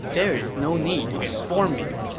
there is no need to inform me.